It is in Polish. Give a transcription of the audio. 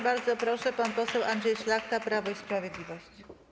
Bardzo proszę, pan poseł Andrzej Szlachta, Prawo i Sprawiedliwość.